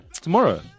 Tomorrow